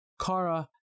Kara